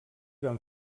van